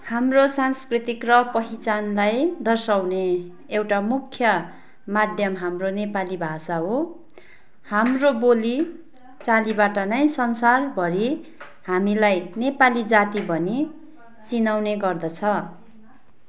हाम्रो सांस्कृतिक र पहिचानलाई दर्साउने एउटा मुख्य माध्यम हाम्रो नेपाली भाषा हो हाम्रो बोलीचालीबाट नै संसारभरि हामीलाई नेपाली जाति भनि चिनाउने गर्दछ